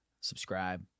subscribe